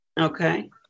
Okay